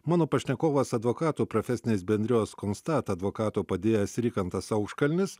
mano pašnekovas advokatų profesinės bendrijos konstat advokato padėjėjas rikantas auškalnis